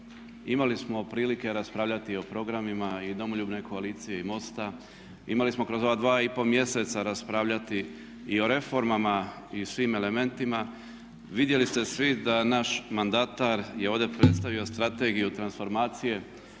Imali smo prilike raspravljati o programima i Domoljubne koalicije i MOST-a, imali smo kroz ova dva i pol mjeseca raspravljati i o reformama i svim elementima. Vidjeli ste svi da naš mandatar je ovdje predstavio strategiju transformacije